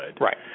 Right